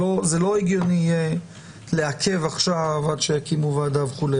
זה לא הגיוני יהיה לעכב את זה עכשיו עד שיקימו ועדה וכולי,